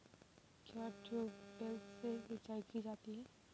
क्या ट्यूबवेल से सिंचाई की जाती है?